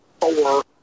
four